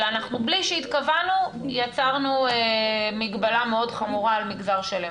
אלא בלי שהתכוונו יצרנו מגבלה מאוד חמורה על מגזר שלם.